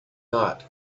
not